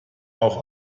auch